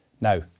Now